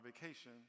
vacation